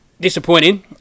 disappointing